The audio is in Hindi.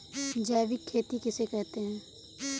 जैविक खेती किसे कहते हैं?